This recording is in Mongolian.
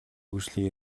хөгжлийн